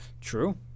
True